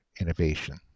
innovation